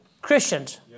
Christians